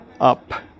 up